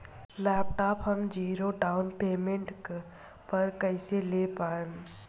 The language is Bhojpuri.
लैपटाप हम ज़ीरो डाउन पेमेंट पर कैसे ले पाएम?